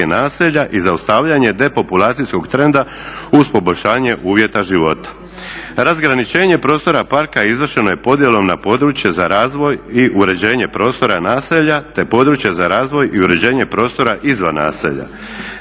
i zaustavljanje depopulacijskog trenda uz poboljšanje uvjeta života. Razgraničenje prostora parka izvršeno je podjelom na područje za razvoj i uređenje prostora naselja te područje za razvoj i uređenje prostora izvan naselja.